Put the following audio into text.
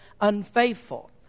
unfaithful